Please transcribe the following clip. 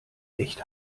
echt